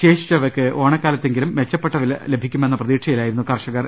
ശേഷിച്ചവയ്ക്ക് ഓണക്കാലത്തെങ്കിലും മെച്ചപ്പെട്ട വില ലഭിക്കുമെന്ന പ്രതീക്ഷയിലായിരുന്നു കർഷകർ